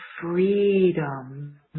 freedom